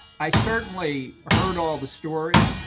i certainly heard all the stories.